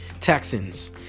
Texans